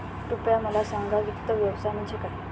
कृपया मला सांगा वित्त व्यवसाय म्हणजे काय?